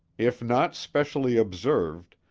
if not specially observed,